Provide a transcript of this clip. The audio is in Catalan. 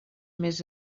més